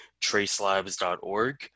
tracelabs.org